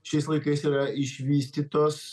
šiais laikais yra išvystytos